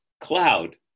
cloud